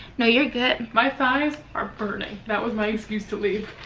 no, you're good. my thighs are burning. that was my excuse to leave.